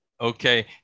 Okay